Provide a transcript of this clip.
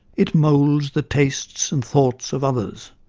it moulds the tastes and thoughts of others,